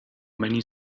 many